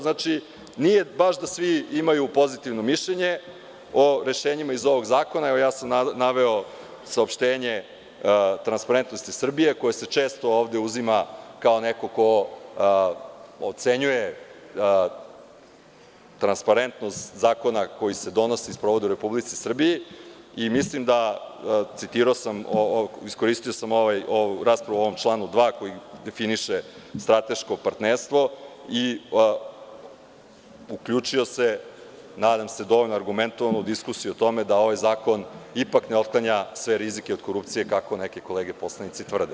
Znači, nije baš da svi imaju pozitivno mišljenje o rešenjima iz ovog zakona, evo ja sam naveo saopštenje „Transparentnosti Srbija“ koje se često ovde uzima kao neko ko ocenjuje transparentnost zakona koji se donosi i sprovodi u Republici Srbiji i mislim da, citirao sam, iskoristio sam raspravu u ovom članu 2. koji definiše strateško partnerstvo i uključio se, nadam se dovoljno argumentovano u diskusiju o tome da ovaj zakon ipak ne otklanja sve rizike od korupcije, kako neke kolege poslanici tvrde.